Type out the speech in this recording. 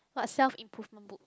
got self improvement book